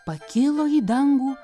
pakilo į dangų